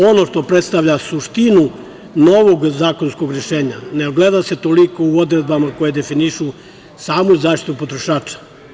Ono što predstavlja suštinu novog zakonskog rešenja ne ogleda se toliko u odredbama koje definišu samu zaštitu potrošača.